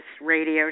radio